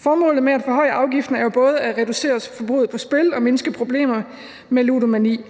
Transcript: Formålet med at forhøje afgiften er jo både at reducere forbruget på spil og mindske problemer med ludomani.